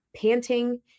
panting